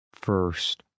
first